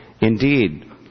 Indeed